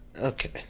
Okay